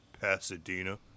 Pasadena